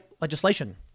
legislation